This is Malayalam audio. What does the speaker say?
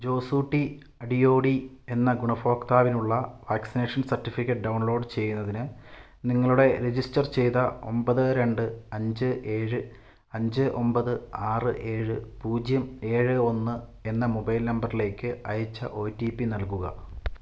ജോസൂട്ടി അടിയോടി എന്ന ഗുണഭോക്താവിനുള്ള വാക്സിനേഷൻ സർട്ടിഫിക്കറ്റ് ഡൗൺലോഡ് ചെയ്യുന്നതിന് നിങ്ങളുടെ രജിസ്റ്റർ ചെയ്ത ഒമ്പത് രണ്ട് അഞ്ച് ഏഴ് അഞ്ച് ഒമ്പത് ആറ് ഏഴ് പൂജ്യം ഏഴ് ഒന്ന് എന്ന മൊബൈൽ നമ്പറിലേക്ക് അയച്ച ഒ ടി പി നൽകുക